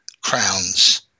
crowns